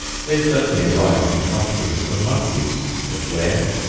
they certainly arrived in company with some monkeys but when,